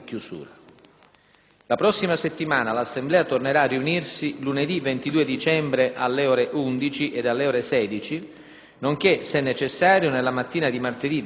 La prossima settimana l'Assemblea tornerà a riunirsi lunedì 22 dicembre, alle ore 11 e alle ore 16, nonché se necessario nella mattina di martedì 23,